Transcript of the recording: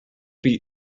beat